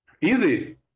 Easy